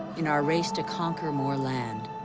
in our race to conquer more land,